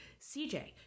CJ